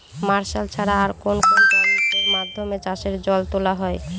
Martial ছাড়া আর কোন কোন যন্ত্রেরর মাধ্যমে চাষের জল তোলা হয়?